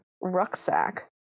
rucksack